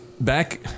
Back